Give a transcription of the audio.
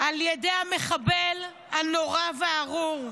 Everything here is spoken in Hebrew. על ידי המחבל הנורא והארור.